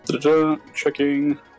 Checking